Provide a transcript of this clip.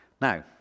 Now